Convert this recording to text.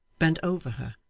bent over her,